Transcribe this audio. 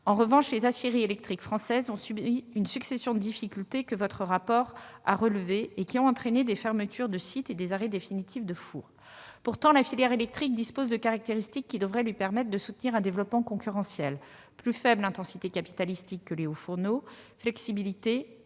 En revanche, les aciéries électriques françaises ont subi une succession de difficultés, que votre rapport a relevées et qui ont entraîné des fermetures de sites et des arrêts définitifs de fours. Pourtant, la filière électrique dispose de caractéristiques qui devraient lui permettre de soutenir un développement concurrentiel : plus faible intensité capitalistique que les hauts-fourneaux, flexibilité,